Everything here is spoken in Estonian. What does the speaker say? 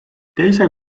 teise